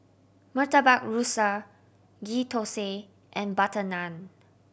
Murtabak Rusa Ghee Thosai and butter naan